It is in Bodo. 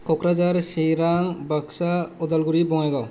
क'क्राझार चिरां बागसा उदालगुरि बङाइगाव